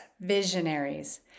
visionaries